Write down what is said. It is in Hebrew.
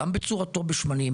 וגם בצורתו בשמנים